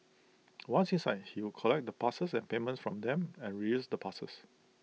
once inside he would collect the passes and payments from them and reuse the passes